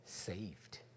saved